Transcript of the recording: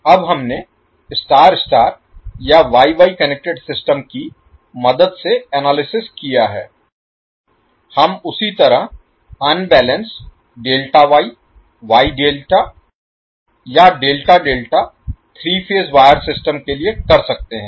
अब हमने star star या वाई वाई कनेक्टेड सिस्टम की मदद से एनालिसिस किया है हम उसी तरह unbalanced delta Y Y delta या delta delta 3 phase 3 wire system के लिए कर सकते हैं